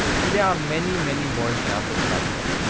and there are many many more examples like that.